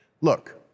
look